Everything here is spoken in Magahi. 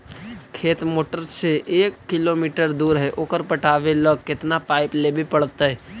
खेत मोटर से एक किलोमीटर दूर है ओकर पटाबे ल केतना पाइप लेबे पड़तै?